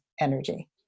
energy